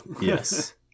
Yes